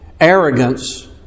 arrogance